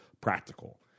practical